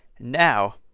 Now